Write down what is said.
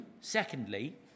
secondly